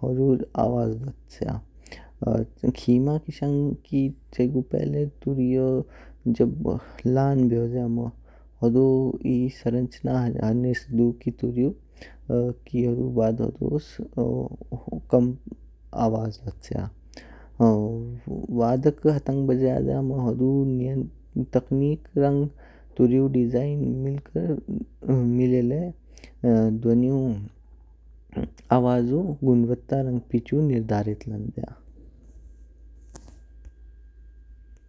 होजो आवाज ध्वच्या। खिमा किशंग की चैयिकु पहले तुरहिओ जब लान बेज्या म्म होदो ई संरचना ह्नेस दु कि तुरिउ की हुदु बाद होडोस हु‍कम्प आवाज द्वच्या। वाधक हातंग ब्ज्याज्य म्म हुदु नि तकनीक रंग तुरिउ डिज़ाइन मिल कर मिलेले ध्वनिु आवाजु गुणवत्ता रंग पिचु निर्धारित लंज्या।